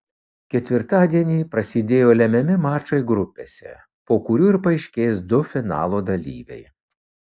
ketvirtadienį prasidėjo lemiami mačai grupėse po kurių ir paaiškės du finalo dalyviai